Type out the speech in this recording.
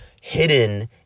hidden